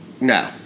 No